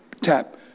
tap